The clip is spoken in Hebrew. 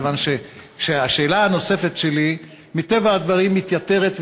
מכיוון שהשאלה הנוספת שלי מטבע הדברים מתייתרת,